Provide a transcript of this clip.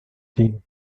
team